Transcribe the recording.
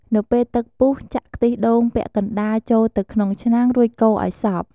នៅពេលទឹកពុះ ចាក់ខ្ទិះដូងពាក់កណ្តាលចូលទៅក្នុងឆ្នាំង រួចកូរឱ្យសព្វ។